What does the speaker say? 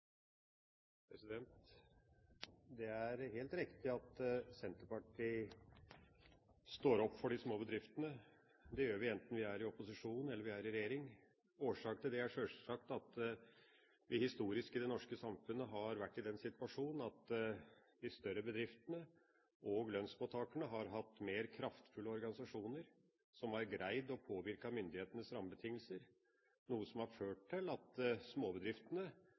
politikken. Det er helt riktig at Senterpartiet står opp for de små bedriftene. Det gjør vi enten vi er i opposisjon eller vi er i regjering. Årsaken til det er sjølsagt at vi historisk i det norske samfunnet har vært i den situasjonen at de større bedriftene og lønnsmottakerne har hatt mer kraftfulle organisasjoner som har greid å påvirke myndighetenes rammebetingelser, noe som har ført til at småbedriftene